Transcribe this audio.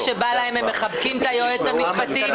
שבא להם הם מחבקים את היועץ המשפטי,